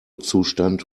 zustand